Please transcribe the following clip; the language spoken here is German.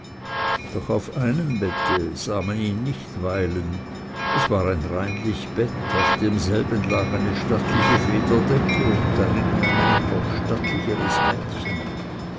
doch auf einem bette sah man ihn nicht weilen es war ein reinlich bett auf demselben lag eine stattliche federdecke und drinnen ein noch stattliches mädchen